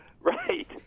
Right